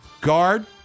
Guard